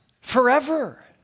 forever